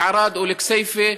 לערד או לכסייפה,